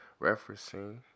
referencing